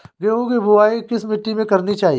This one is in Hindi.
गेहूँ की बुवाई किस मिट्टी में करनी चाहिए?